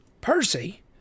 Percy